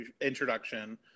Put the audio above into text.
introduction